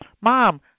mom